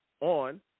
on –